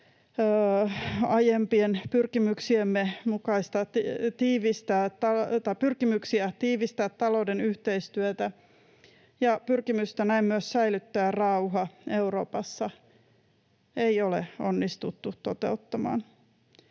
pyrkimyksiä tiivistää talouden yhteistyötä ja pyrkimystä näin myös säilyttää rauha Euroopassa ei ole onnistuttu toteuttamaan.